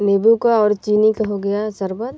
नींबू का और चीनी का हो गया शरबत